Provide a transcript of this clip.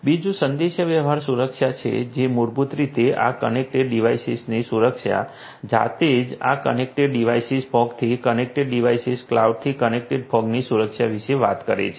બીજું સંદેશાવ્યવહાર સુરક્ષા છે જે મૂળભૂત રીતે આ કનેક્ટેડ ડિવાઇસેસની સુરક્ષા જાતે આ કનેક્ટેડ ડિવાઇસીસ ફોગથી કનેક્ટેડ ડિવાઇસેસ કલોઉડથી કનેક્ટેડ ફોગની સુરક્ષા વિશે વાત કરે છે